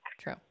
True